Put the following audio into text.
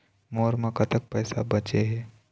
मोर म कतक पैसा बचे हे?